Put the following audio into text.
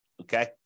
okay